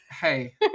Hey